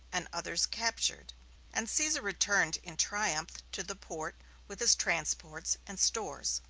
and others captured and caesar returned in triumph to the port with his transports and stores.